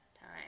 time